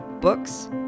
books